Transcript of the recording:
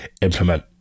implement